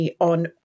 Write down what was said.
On